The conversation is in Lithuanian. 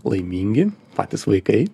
laimingi patys vaikai